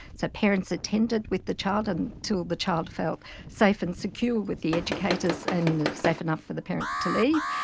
so parents attended with the child and until the child felt safe and secure with the educators and safe enough for the parent to leave.